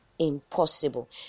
Impossible